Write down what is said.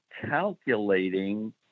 calculating